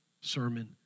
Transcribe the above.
sermon